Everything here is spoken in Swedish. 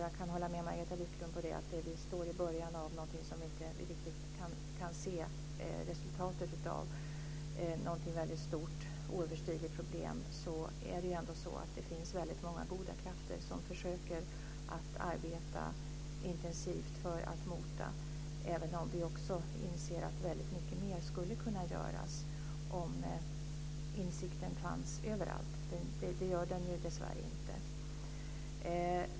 Jag kan hålla med Margareta Viklund om att vi står i början av någonting som vi inte riktigt kan se resultatet av. Det är ett väldigt stort, oöverstigligt problem. Men det finns ändå många goda krafter som försöker att arbeta intensivt för att mota sjukdomen även om vi också inser att väldigt mycket mer skulle kunna göras om insikten fanns överallt. Det gör den dessvärre inte.